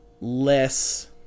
less